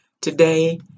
today